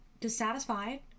dissatisfied